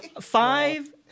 Five